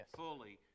fully